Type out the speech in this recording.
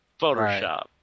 Photoshop